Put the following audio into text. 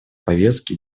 повестки